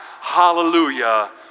hallelujah